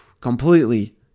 completely